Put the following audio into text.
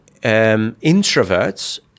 introverts